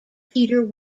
peter